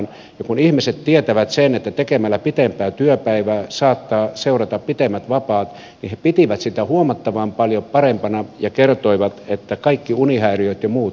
ja kun ihmiset tietävät sen että tekemällä pitempää työpäivää saattaa seurata pitemmät vapaat niin he pitivät sitä huomattavan paljon parempana ja kertoivat että kaikki unihäiriöt ja muut vähenivät